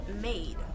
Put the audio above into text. made